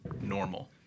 normal